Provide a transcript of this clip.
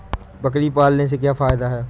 बकरी पालने से क्या फायदा है?